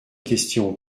question